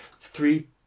three